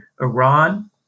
Iran